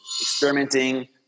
experimenting